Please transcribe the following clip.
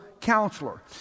counselor